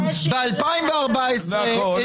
ב-2014 הניחו --- נכון,